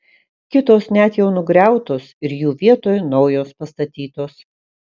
kitos net jau nugriautos ir jų vietoj naujos pastatytos